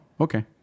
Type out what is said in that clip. okay